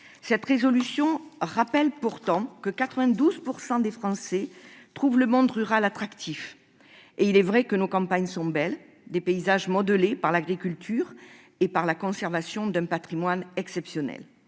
Cette résolution rappelle pourtant que 92 % des Français trouvent le monde rural attractif- il est vrai que nos campagnes sont belles, avec leurs paysages modelés par l'agriculture et par la conservation d'un patrimoine exceptionnel.